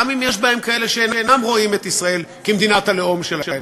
גם אם יש בהם כאלה שאינם רואים את ישראל כמדינת הלאום שלהם,